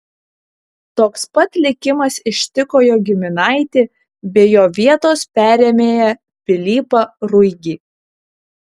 toks pat likimas ištiko jo giminaitį bei jo vietos perėmėją pilypą ruigį